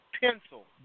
pencil